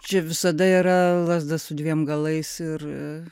čia visada yra lazda su dviem galais ir